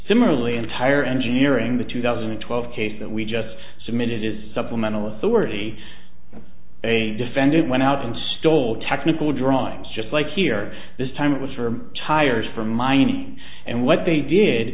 similarly entire engineering the two thousand and twelve case that we just submitted is supplemental authority a defendant went out and stole technical drawings just like here this time it was for tires for mining and what they did